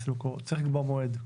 צריך לקבוע מועד.